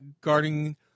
guarding